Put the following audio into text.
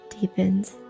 deepens